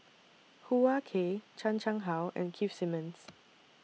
Hoo Ah Kay Chan Chang How and Keith Simmons